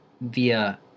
via